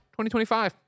2025